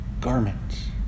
garment